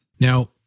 Now